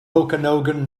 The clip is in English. okanogan